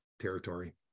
territory